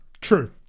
True